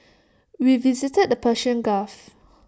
we visited the Persian gulf